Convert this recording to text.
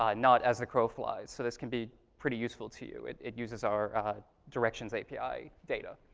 um not as the crow flies, so this can be pretty useful to you. it it uses our directions api data.